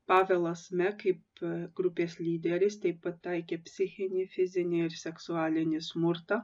pavelas me kaip grupės lyderis taip pataikė psichinį fizinį ir seksualinį smurtą